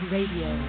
Radio